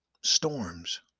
storms